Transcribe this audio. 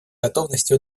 готовности